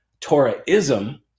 Torahism